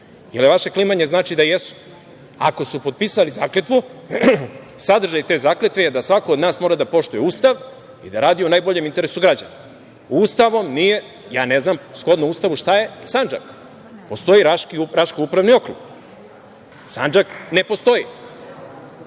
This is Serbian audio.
li vaše klimanje znači da jesu? Ako su potpisali zakletvu, sadržaj te zakletve je da svako od nas mora da poštuje Ustav i da radi u najboljem interesu građana. Ja ne znam šta je, shodno Ustavu, Sandžak. Postoji Raški upravni okrug. Sandžak ne postoji. Druga